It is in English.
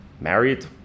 married